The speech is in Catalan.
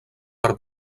per